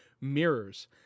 mirrors